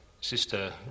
Sister